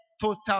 total